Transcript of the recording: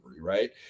Right